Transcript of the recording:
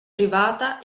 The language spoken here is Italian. privata